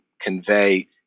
convey